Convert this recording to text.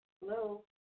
Hello